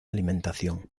alimentación